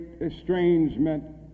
estrangement